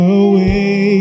away